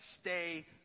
stay